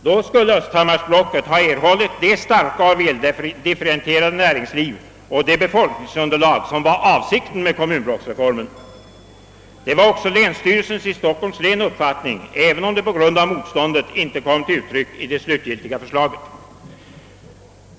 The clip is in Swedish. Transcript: Då skulle östhammarsblocket ha erhållit det starka och väldifferentierade näringsliv och det befolkningsunderlag, som var avsikten med kommunblocksreformen. Detta var också länsstyrelsens i Stockholms län uppfattning, även om det på grund av motståndet icke kom till uttryck i det slutgiltiga förslaget.